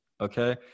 okay